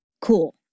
Cool